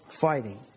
fighting